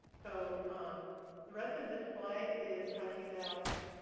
so um the rest of this slide is talking about